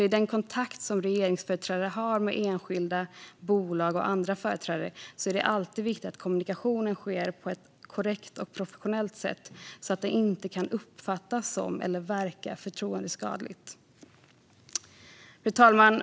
I den kontakt som regeringsföreträdare har med enskilda, bolag och andra företrädare är det alltid viktigt att kommunikationen sker på korrekt och professionellt sätt, så att den inte kan uppfattas som eller verka förtroendeskadlig. Fru talman!